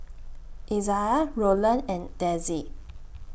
Izaiah Rolland and Dezzie